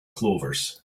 clovers